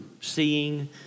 seeing